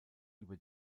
über